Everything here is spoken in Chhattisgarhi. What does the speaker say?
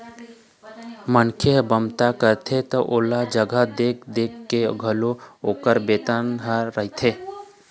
मनखे ह बमता करथे त ओला जघा देख देख के घलोक ओखर बेतन ह रहिथे